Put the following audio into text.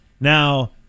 Now